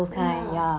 ya